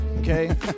Okay